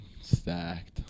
Stacked